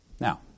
Now